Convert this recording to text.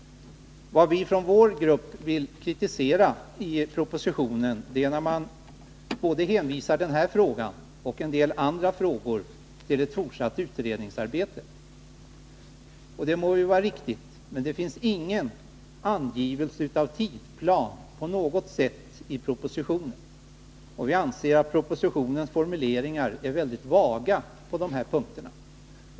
Vad vi från vår grupp vill kritisera i propositionen är att man hänvisar både denna fråga och en del andra frågor till fortsatt utredningsarbete. Det må i och för sig vara riktigt, men man anger inte i propositionen någon som helst tidsplan. Vi anser att propositionens formuleringar är väldigt vaga på dessa punkter.